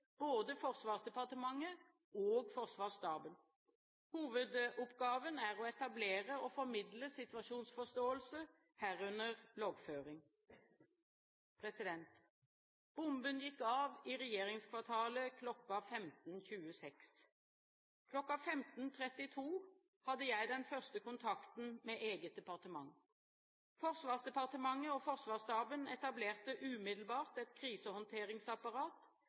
både Forsvarsdepartementet og Forsvarsstaben. Hovedoppgaven er å etablere og formidle situasjonsforståelse, herunder loggføring. Bomben gikk av i regjeringskvartalet kl. 15.26. Klokken 15.32 hadde jeg den første kontakten med eget departement. Forsvarsdepartementet og Forsvarsstaben etablerte umiddelbart et krisehåndteringsapparat